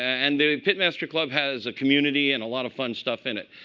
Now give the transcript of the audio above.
and the pit master club has a community and a lot of fun stuff in it.